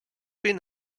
been